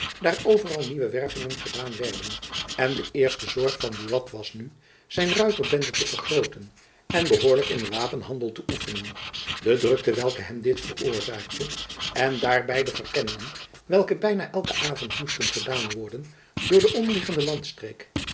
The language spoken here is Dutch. daar overal nieuwe wervingen gedaan werden en de eerste zorg van buat was nu zijn ruiterbende te vergrooten en behoorlijk in den wapenhandel te oefenen de drukten welke hem dit veroorzaakte en daarby de verkenningen welke byna elken avond moesten gedaan worden door de omliggende landstreek